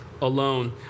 alone